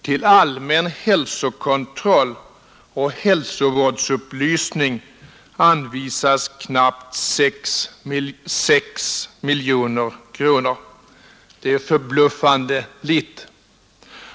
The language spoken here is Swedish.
Till allmän hälsokontroll och hälsovårdsupplysning anvisas knappt 6 miljoner kronor. Det är förbluffande litet.